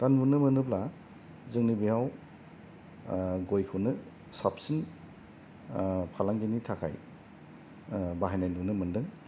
दा नुनो मोनोब्ला जोंनि बेयाव गयखौनो साबसिन फालांगिनि थाखाय बाहायनाय नुनो मोन्दों